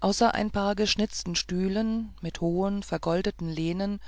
außer ein paar geschnitzten stühlen mit hohen vergoldeten lehnen